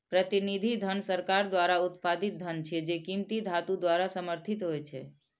प्रतिनिधि धन सरकार द्वारा उत्पादित धन छियै, जे कीमती धातु द्वारा समर्थित होइ छै